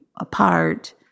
apart